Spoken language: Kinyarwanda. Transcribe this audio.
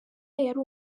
yari